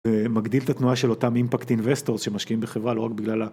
ומגדיל את התנועה של אותם אימפקט אינוויסטורס שמשקיעים בחברה לא רק בגלל ה...